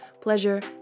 pleasure